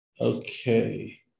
Okay